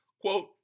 Quote